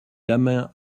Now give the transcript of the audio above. damien